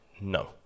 no